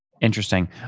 Interesting